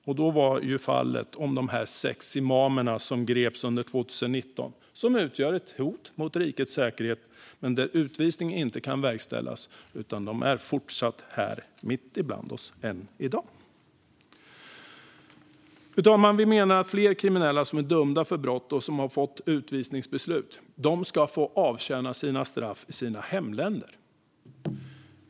Då handlade om fallet med de sex imamerna som greps 2019, som utgjorde ett hot mot rikets säkerhet men vars utvisning inte kunde verkställas. De är fortfarande här, mitt ibland oss, än i dag. Fru talman! Vi menar att fler kriminella som är dömda för brott och har fått utvisningsbeslut ska avtjäna straffet i sina hemländer.